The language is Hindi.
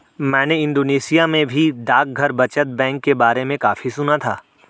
मैंने इंडोनेशिया में भी डाकघर बचत बैंक के बारे में काफी सुना था